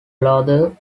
luthor